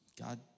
God